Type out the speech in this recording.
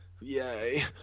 Yay